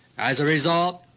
as a result,